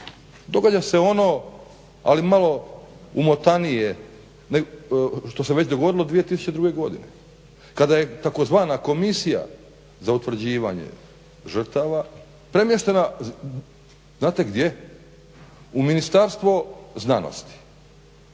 Događa se ono ali malo umotanije što se već dogodilo 2002.godine kada je tzv. Komisija za utvrđivanje žrtava premještena znate gdje? U Ministarstvo znanosti.